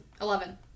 Eleven